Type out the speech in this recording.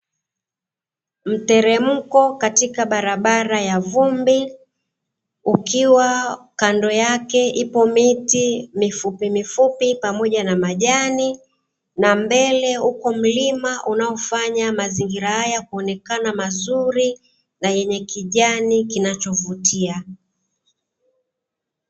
Mteremko katika barabara ya vumbi, ukiwa kando yake ipo miti mifupimifupi pamoja na majani, na mbele upo mlima unaofanya mazingira haya kuonekana mazuri na yenye kijani kinachovutia.